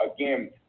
again